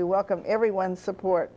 we welcome everyone's support